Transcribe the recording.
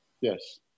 Yes